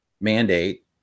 mandate